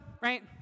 right